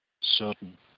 certain